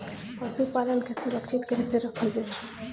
पशुपालन के सुरक्षित कैसे रखल जाई?